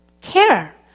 care